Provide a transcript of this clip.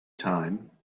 time